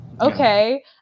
okay